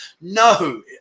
no